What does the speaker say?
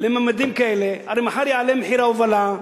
לממדים כאלה, הרי מחר יעלה מחיר ההובלה,